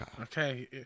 okay